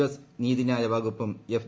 S നീതിന്യായ വകുപ്പും F